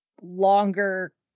longer